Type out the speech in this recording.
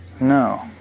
No